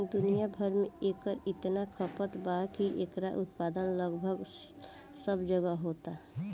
दुनिया भर में एकर इतना खपत बावे की एकर उत्पादन लगभग सब जगहे होता